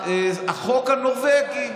והחוק הנורבגי,